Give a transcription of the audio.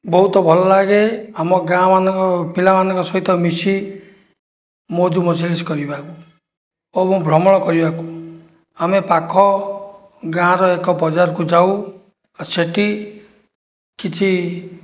ବହୁତ ଭଲ ଲାଗେ ଆମ ଗାଁମାନଙ୍କ ପିଲାମାନଙ୍କ ସହିତ ମିଶି ମଉଜ ମଜଲିସ୍ କରିବା ଓ ମୁଁ ଭ୍ରମଣ କରିବାକୁ ଆମେ ପାଖ ଗାଁର ଏକ ବଜାରକୁ ଯାଉ ସେଇଠି କିଛି